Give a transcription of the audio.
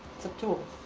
it's a tool.